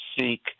seek